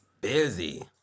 Busy